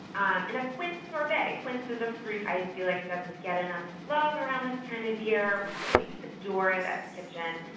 um and a quince sorbet. quince is a fruit i feel like doesn't get enough love around this time of year we really adore it at the kitchn.